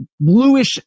Bluish